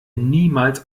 niemals